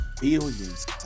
billions